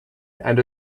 and